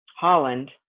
Holland